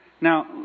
Now